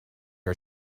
our